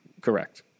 Correct